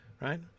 right